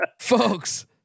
folks